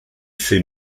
ces